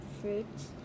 fruits